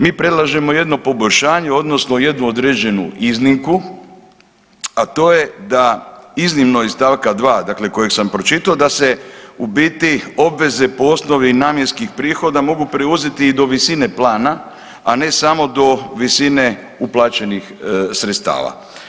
Mi predlažemo jedno poboljšanje odnosno jednu određenu iznimku, a to je da iznimno iz stavka 2. dakle kojeg sam pročitao da se u biti obveze po osnovi namjenskih prihoda mogu preuzeti i do visine plana, a ne samo do visine uplaćenih sredstava.